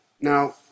Now